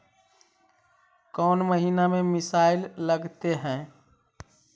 कौन महीना में मिसाइल लगते हैं?